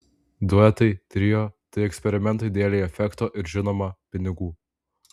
duetai trio tai eksperimentai dėlei efekto ir žinoma pinigų